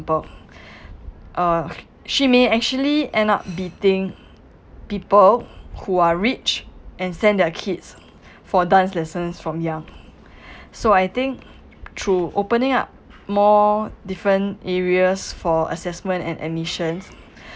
uh she may actually end up beating people who are rich and send their kids for dance lessons from young so I think through opening up more different areas for assessment and admissions